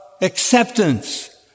acceptance